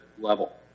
level